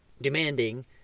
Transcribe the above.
demanding